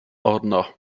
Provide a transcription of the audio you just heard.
ordner